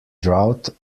drought